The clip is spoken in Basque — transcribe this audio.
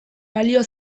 balio